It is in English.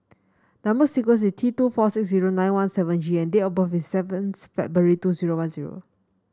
number sequence is T two four six zero nine one seven G and date of birth is seventh February two zero one zero